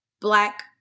Black